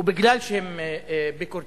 ובגלל העובדה שהם ביקורתיים,